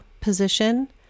position